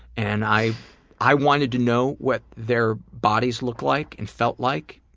and i i wanted to know what their bodies looked like, and felt like.